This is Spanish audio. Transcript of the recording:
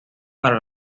para